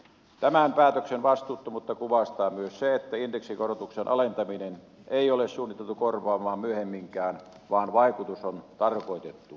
tämän päätöksen vastuuttomuutta kuvastaa myös se että indeksikorotuksen alentamista ei ole suunniteltu korvattavan myöhemminkään vaan vaikutus on tarkoitettu pysyväksi